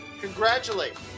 congratulate